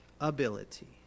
ability